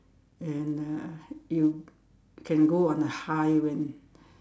and uh you can go on a high when